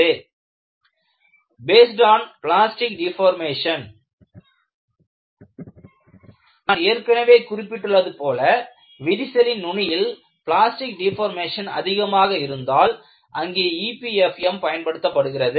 Based on plastic deformation based on plastic deformation நான் ஏற்கனவே குறிப்பிட்டுள்ளது போல விரிசலின் நுனியில் பிளாஸ்டிக் டெபோர்மேஷன் அதிகமாக இருந்தால் அங்கே EPFM பயன்படுத்தப்படுகிறது